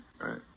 right